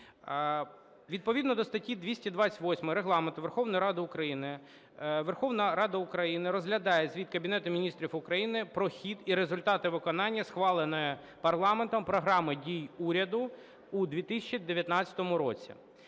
Відповідно до статті 228 Регламенту Верховної Ради України Верховна Рада України розглядає Звіт Кабінету Міністрів про хід і результати виконання схваленої парламентом Програми дій уряду у 2019 році.